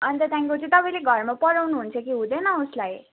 अन्त त्यहाँदेखिको चाहिँ तपाईँले घरमा पढाउनुहुन्छ कि हुँदैन उसलाई